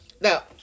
Now